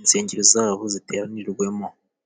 insengero zabo ziteranirwemo.